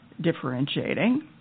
differentiating